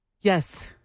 Yes